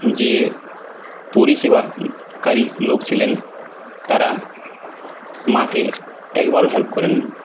যে পরিষেবাকারী লোক ছিলেন তারা মাকে একবারও হেল্প করেননি